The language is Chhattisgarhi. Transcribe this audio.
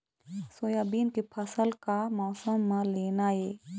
सोयाबीन के फसल का मौसम म लेना ये?